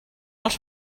els